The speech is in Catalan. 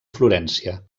florència